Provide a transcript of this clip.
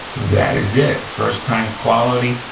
that is it. first time quality,